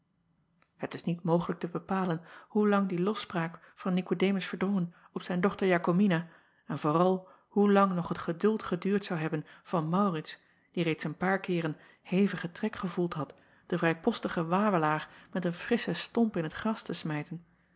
et is niet mogelijk te bepalen hoe lang die lofspraak van ikodemus erdrongen op zijn dochter akomina en vooral hoe lang nog het geduld geduurd zou hebben van aurits die reeds een paar keeren hevigen trek gevoeld had den vrijpostigen wawelaar met een frisschen stomp in t gras te smijten